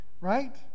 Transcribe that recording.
right